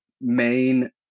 main